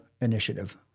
Initiative